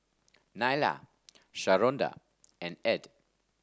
Nyla Sharonda and Ed